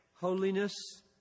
Holiness